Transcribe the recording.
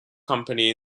company